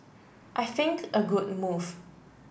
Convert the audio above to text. I think a good move